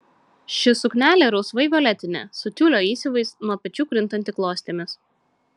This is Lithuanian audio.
ši suknelė rausvai violetinė su tiulio įsiuvais nuo pečių krintanti klostėmis